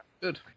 Good